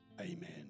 amen